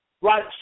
right